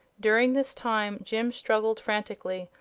during this time jim struggled frantically,